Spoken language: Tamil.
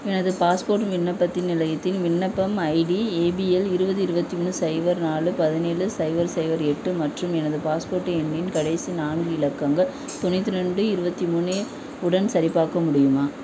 எனது பாஸ்போர்ட் விண்ணப்பத்தின் நிலையத்தில் விண்ணப்பம் ஐடி ஏபிஎல் இருபது இருபத்தி மூணு சைபர் நாலு பதினேலு சைபர் சைபர் எட்டு மற்றும் எனது பாஸ்போர்ட் எண்ணின் கடைசி நான்கு இலக்கங்கள் தொண்ணூற்றி ரெண்டு இருபத்தி மூணு உடன் சரிபார்க்க முடியுமா